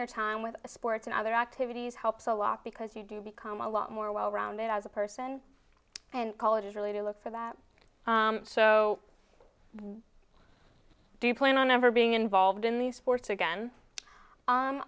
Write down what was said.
their time with sports and other activities helps a lot because you do become a lot more well rounded as a person and college is really to look for that so do you plan on never being involved in the sports again